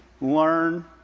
learn